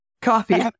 Coffee